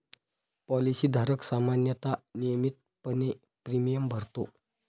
policy धारक सामान्यतः नियमितपणे प्रीमियम भरतो